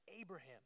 Abraham